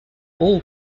all